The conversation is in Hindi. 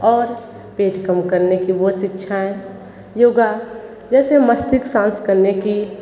और पेट कम करने की वो शिक्षाएँ योगा जैसे मस्तिष्क साँस करने की